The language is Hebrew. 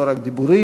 לא רק דיבורים,